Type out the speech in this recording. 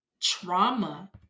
trauma